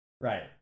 right